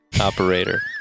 operator